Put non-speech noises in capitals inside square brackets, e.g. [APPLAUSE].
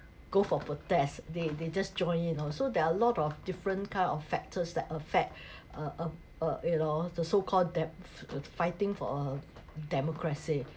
go for protest they they just join you know so there are a lot of different kind of factors that affect [BREATH] uh uh uh you know the so called dem~ the fighting for uh democracy